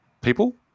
People